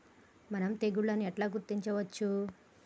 మనం తెగుళ్లను ఎట్లా గుర్తించచ్చు?